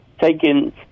taking